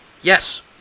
Yes